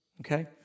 okay